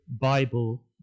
Bible